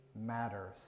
matters